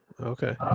okay